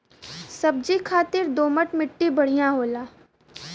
सब्जी खातिर दोमट मट्टी बढ़िया होला